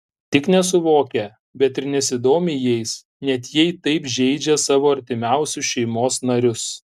ne tik nesuvokia bet ir nesidomi jais net jei taip žeidžia savo artimiausius šeimos narius